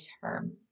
term